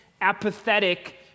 apathetic